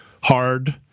hard